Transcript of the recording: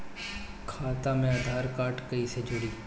खाता मे आधार कार्ड कईसे जुड़ि?